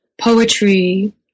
poetry